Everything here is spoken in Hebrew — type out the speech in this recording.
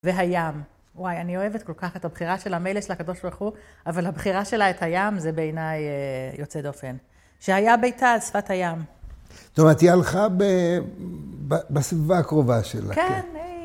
והים. וואי, אני אוהבת כל כך את הבחירה של המילש לקדוש ברוך הוא, אבל הבחירה שלה, את הים, זה בעיניי יוצא דופן. שהיה ביתה על שפת הים. זאת אומרת, היא הלכה בסביבה הקרובה שלה. כן.